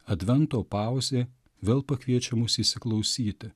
advento pauzė vėl pakviečia mus įsiklausyti